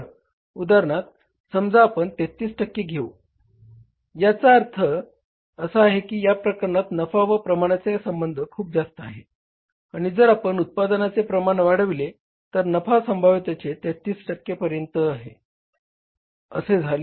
उदाहरणार्थ समजा आपण 33 टक्के घेऊया याचा अर्थ असा आहे की या प्रकरणात नफा व प्रमाणाचे संबंध खूप जास्त आहे आणि जर आपण उत्पादनाचे प्रमाण वाढविले तर नफा संभाव्यतेच्या 33 टक्के पर्यंत आहे असे झाले